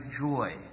joy